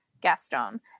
Gaston